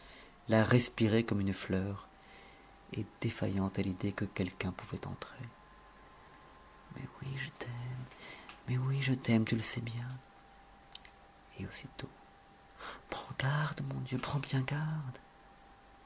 la respirer comme une fleur et défaillante à l'idée que quelqu'un pouvait entrer mais oui je t'aime mais oui je t'aime tu le sais bien et aussitôt prends garde mon dieu prends bien garde